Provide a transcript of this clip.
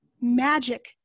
magic